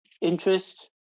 interest